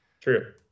True